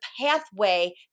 pathway